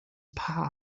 paar